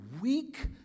weak